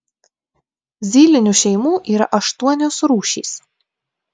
zylinių šeimų yra aštuonios rūšys